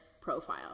profile